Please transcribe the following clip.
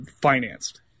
financed